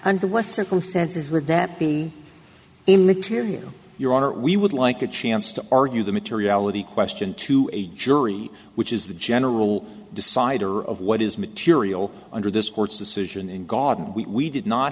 under what circumstances would that be immaterial your honor we would like a chance to argue the materiality question to a jury which is the general decider of what is material under this court's decision in god we did not